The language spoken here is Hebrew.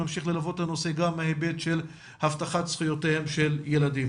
נמשיך ללוות את הנושא גם בהיבט של הבטחת זכויותיהם של ילדים.